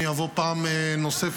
אבוא פעם נוספת.